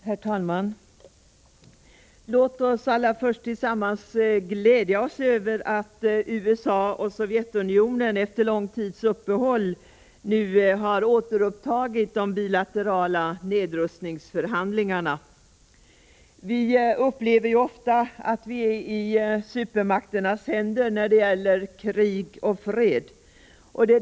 Herr talman! Låt oss allra först tillsammans glädja oss över att USA och Sovjetunionen efter lång tids uppehåll nu har återupptagit de bilaterala nedrustningsförhandlingarna. Vi upplever ju ofta att vi är i supermakternas händer när det gäller krig och fred.